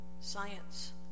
Science